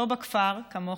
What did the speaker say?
לא בכפר כמוך,